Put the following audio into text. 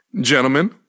Gentlemen